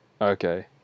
Okay